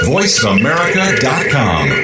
VoiceAmerica.com